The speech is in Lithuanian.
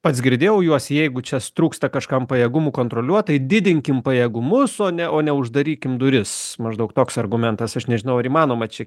pats girdėjau juos jeigu čia trūksta kažkam pajėgumų kontroliuot tai didinkim pajėgumus o ne o ne uždarykim duris maždaug toks argumentas aš nežinau ar įmanoma čia